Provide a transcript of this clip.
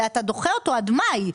אלא אתה דוחה אותו עד מאי,